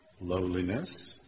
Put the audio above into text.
lowliness